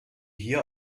hier